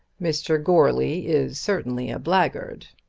mr. goarly is certainly a blackguard.